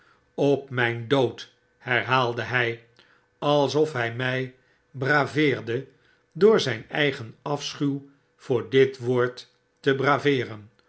op mijn dood herhaalde hij alsofhijmij braveerde door zijn eigen afschuw voor dit woord te braveeren